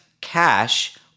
cash